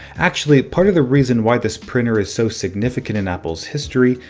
actually, part of the reason why this printer is so significant in apple's history,